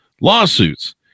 lawsuits